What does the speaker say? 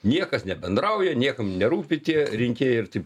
niekas nebendrauja niekam nerūpi tie rinkėjai ir taip